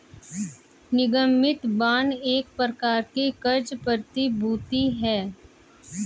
निगमित बांड एक प्रकार की क़र्ज़ प्रतिभूति है